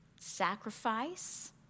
sacrifice